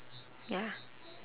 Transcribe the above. ya